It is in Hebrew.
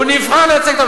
הוא נבחר לייצג.